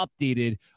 updated